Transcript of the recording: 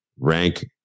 rank